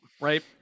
right